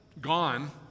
gone